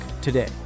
today